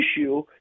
issue